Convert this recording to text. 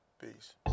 Peace